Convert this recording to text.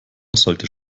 sollte